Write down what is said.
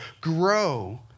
grow